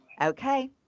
Okay